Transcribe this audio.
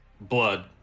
Blood